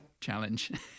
challenge